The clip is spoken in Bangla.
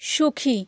সুখী